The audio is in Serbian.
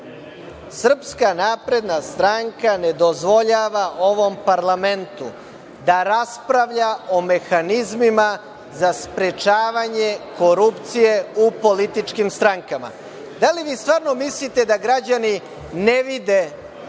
Srpska napredna stranka ne dozvoljava ovom parlamentu da raspravlja o mehanizmima za sprečavanje korupcije u političkim strankama. Da li vi stvarno mislite da građani ne vide da